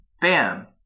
bam